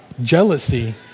jealousy